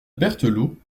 berthelot